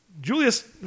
Julius